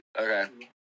Okay